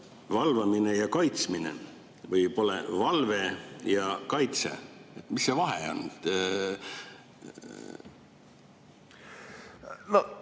"valvamine ja kaitsmine" või pole "valve ja kaitse". Mis see vahe on?